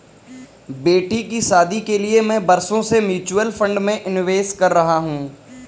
बेटी की शादी के लिए मैं बरसों से म्यूचुअल फंड में निवेश कर रहा हूं